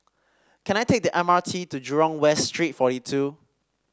can I take the M R T to Jurong West Street forty two